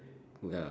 ya